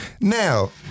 Now